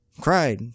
Cried